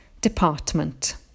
department